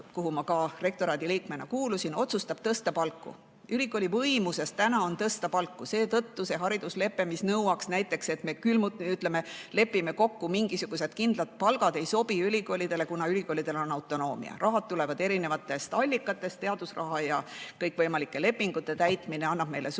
kuhu ma rektoraadi liikmena kuulusin, otsustab tõsta palku. Ülikooli võimuses on täna tõsta palku, seetõttu see hariduslepe, mis nõuaks näiteks, et me lepime kokku mingisugused kindlad palgad, ei sobi ülikoolidele, kuna ülikoolidel on autonoomia. Raha tuleb erinevatest allikatest, teadusraha ja kõikvõimalike lepingute täitmine annab meile suurema